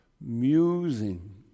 musing